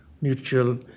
mutual